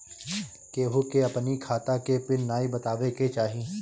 केहू के अपनी खाता के पिन नाइ बतावे के चाही